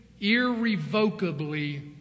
irrevocably